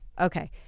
Okay